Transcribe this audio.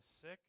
sick